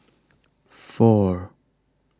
four